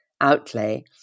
outlay